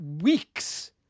weeks